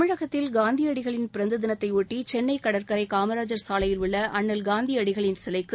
தமிழகத்தில் காந்தியடிகளின் பிறந்த தினத்தை ஒட்டி சென்னை கடற்கரை காமராஜர் சாலையில் உள்ள அண்ணல் காந்தியடிகளின் சிலைக்கு